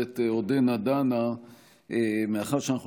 מאחר שהוועדה המסדרת עודנה דנה,